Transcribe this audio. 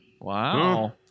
Wow